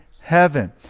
heaven